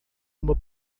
uma